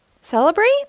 Celebrate